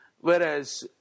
Whereas